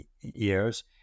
years